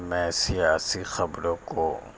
میں سیاسی خبروں کو